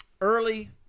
Early